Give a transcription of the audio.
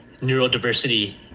neurodiversity